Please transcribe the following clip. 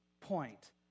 point